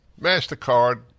MasterCard